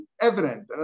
evident